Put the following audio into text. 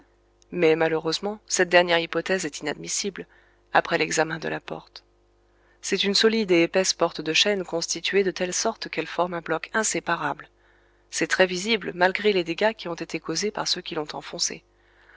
mais malheureusement cette dernière hypothèse est inadmissible après l'examen de la porte c'est une solide et épaisse porte de chêne constituée de telle sorte qu'elle forme un bloc inséparable c'est très visible malgré les dégâts qui ont été causés par ceux qui l'ont enfoncée